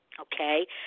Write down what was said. okay